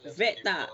vet tak